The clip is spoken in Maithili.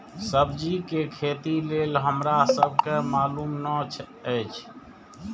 सब्जी के खेती लेल हमरा सब के मालुम न एछ?